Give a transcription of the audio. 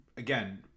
again